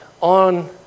on